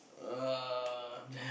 uh damn